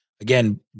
Again